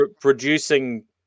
producing